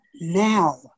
now